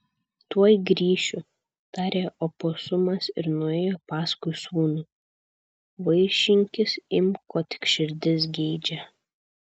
tuoj grįšiu tarė oposumas ir nuėjo paskui sūnų vaišinkis imk ko tik širdis geidžia